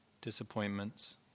disappointments